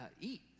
eat